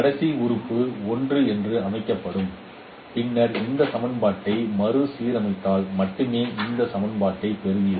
கடைசி உறுப்பு 1 என்று அமைக்கப்பட்டு பின்னர் இந்த சமன்பாட்டை மறுசீரமைத்தால் மட்டுமே இந்த சமன்பாட்டைப் பெறுவீர்கள்